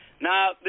Now